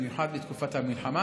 במיוחד בתקופת המלחמה,